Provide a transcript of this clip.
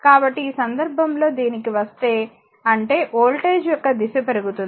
కాబట్టి ఈ సందర్భంలో దీనికి వస్తే అంటే వోల్టేజ్ యొక్క దిశ పెరుగుతుంది